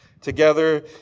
together